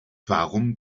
warum